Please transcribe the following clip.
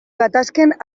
gatazken